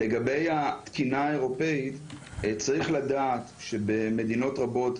לגבי התקינה האירופית צריך לדעת שבמדינות רבות,